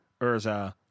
urza